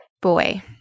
Boy